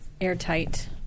airtight